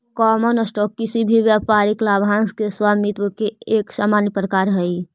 common stock किसी व्यापारिक लाभांश के स्वामित्व के एक सामान्य प्रकार हइ